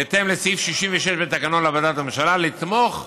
בהתאם לסעיף 66 בתקנון לעבודת הממשלה, לתמוך,